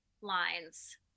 lines